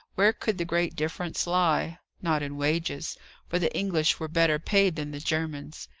where could the great difference lie? not in wages for the english were better paid than the germans.